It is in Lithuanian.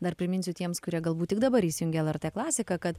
dar priminsiu tiems kurie galbūt tik dabar įsijungė lrt klasiką kad